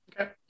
Okay